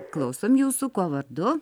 klausom jūsų kuo vardu